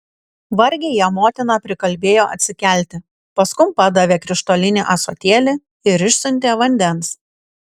vargiai ją motina prikalbėjo atsikelti paskum padavė krištolinį ąsotėlį ir išsiuntė vandens